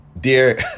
dear